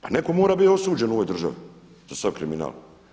Pa netko mora biti osuđen u ovoj državi za sav kriminal.